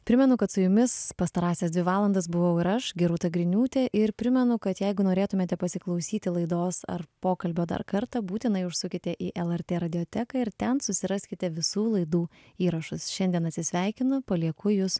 primenu kad su jumis pastarąsias dvi valandas buvau ir aš gerūta griniūtė ir primenu kad jeigu norėtumėte pasiklausyti laidos ar pokalbio dar kartą būtinai užsukite į lrt radioteką ir ten susiraskite visų laidų įrašus šiandien atsisveikinu palieku jus